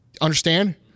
Understand